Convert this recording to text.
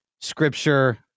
scripture